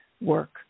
work